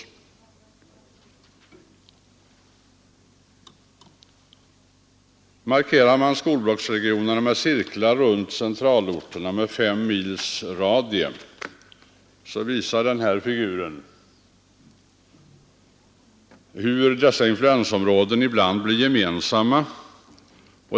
Markerar man skolblocksregionerna med cirklar runt centralorterna med 5 mils radie, visar nästa bild på kammarens interna TV-skärm hur dessa influensområden ibland blir gemensamma.